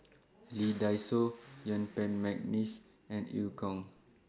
Lee Dai Soh Yuen Peng Mcneice and EU Kong